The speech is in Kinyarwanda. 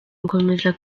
gukomeza